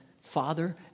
father